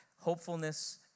Hopefulness